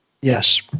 Yes